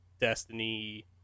destiny